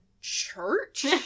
church